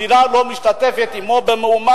המדינה לא משתתפת עמו במאומה,